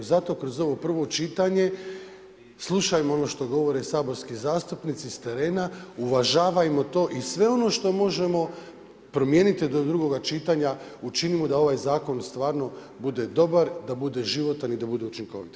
Zato kroz ovo prvo čitanje, slušam ono što govore saborski zastupnici s terena, uvažavajmo to i sve ono što možemo promijeniti do drugoga čitanja, učinimo da ovaj zakon stvarno bude dobar, da bude životan i da bude učinkovit.